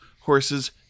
horses